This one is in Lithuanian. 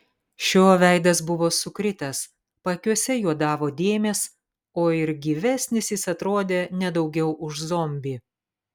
šio veidas buvo sukritęs paakiuose juodavo dėmės o ir gyvesnis jis atrodė ne daugiau už zombį